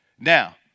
Now